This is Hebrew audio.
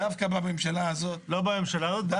לא בממשלה הזאת, בכנסת הזאת.